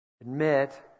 admit